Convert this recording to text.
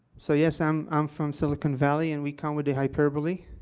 so, yes, i'm i'm from silicon valley, and we come with a hyperbole,